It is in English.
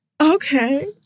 Okay